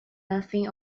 nothing